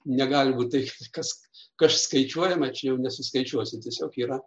negalime teigti kas kas skaičiuojama čia jau nesuskaičiuosi tiesiog yra